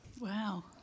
Wow